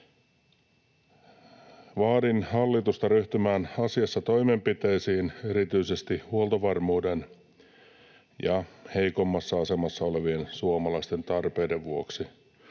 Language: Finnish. Vaadin hallitusta ryhtymään asiassa toimenpiteisiin erityisesti huoltovarmuuden ja heikommassa asemassa olevien suomalaisten tarpeiden vuoksi.